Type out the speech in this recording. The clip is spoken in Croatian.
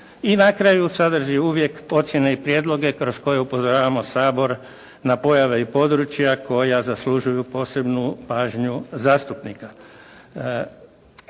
i na kraju sadrži uvijek ocjene i prijedloge kroz koje upozoravamo Sabor na pojave i područja koja zaslužuju posebnu pažnju zastupnika.